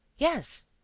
yes.